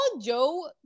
Joe